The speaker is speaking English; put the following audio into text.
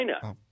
China